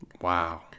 Wow